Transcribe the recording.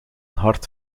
hart